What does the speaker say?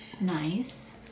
nice